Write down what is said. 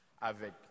avec